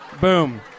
Boom